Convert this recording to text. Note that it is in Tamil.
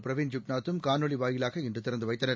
பிரவீன் ஜெகந்நாத் தும் காணொலி வாயிலாக இன்று திறந்து வைத்தனர்